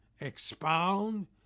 expound